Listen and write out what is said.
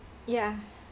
ya